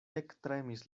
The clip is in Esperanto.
ektremis